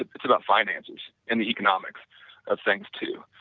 it's about finances and the economics of things too.